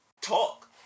talk